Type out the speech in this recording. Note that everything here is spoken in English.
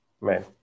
man